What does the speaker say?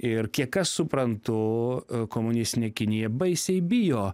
ir kiekas suprantu komunistinė kinija baisiai bijo